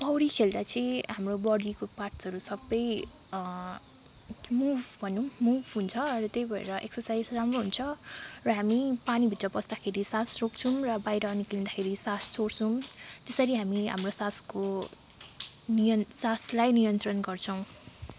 पौडी खेल्दा चाहिँ हाम्रो बडीको पार्ट्सहरू सबै मुभ भनौँ मुभ हुन्छ र त्यही भएर एक्सर्साइज राम्रो हुन्छ र हामी पानीभित्र पस्दाखेरि सास रोक्छौँ र बाहिर निक्लिँदाखेरि सास छोड्छौँ त्यसरी हामी हाम्रो सासको नियन सासलाई नियन्त्रण गर्छौँ